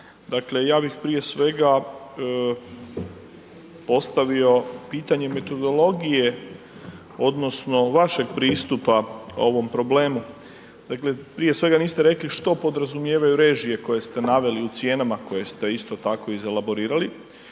Dakle, ja bih prije svega postavio pitanje metodologije odnosno vašeg pristupa ovom problemu. Dakle, prije svega niste rekli što podrazumijevaju režije koje ste naveli u cijenama koje ste isto tako iz elaborirali,